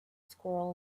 squirrel